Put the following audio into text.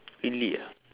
really ah